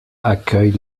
accueille